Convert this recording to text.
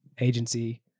agency